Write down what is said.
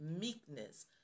meekness